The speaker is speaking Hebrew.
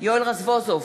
יואל רזבוזוב,